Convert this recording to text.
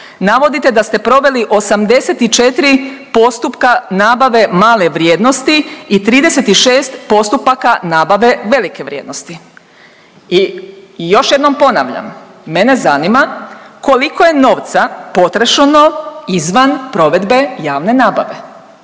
navodite da ste proveli 84 postupka nabave male vrijednosti i 36 postupaka nabave velike vrijednosti. I još jednom ponavljam, mene zanima koliko je novaca potrošeno izvan provedbe javne nabave.